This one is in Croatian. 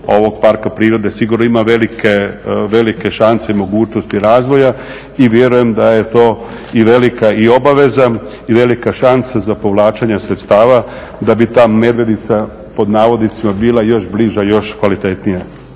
ovog parka prirode sigurno ima velike šanse i mogućnosti razvoja. I vjerujem da je to i velika i obaveza i velika šansa za povlačenje sredstava da bi ta Medvednica pod navodnicima bila još bliža, još kvalitetnija.